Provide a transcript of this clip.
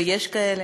ויש כאלה,